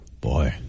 Boy